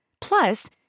Plus